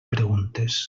preguntes